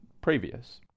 previous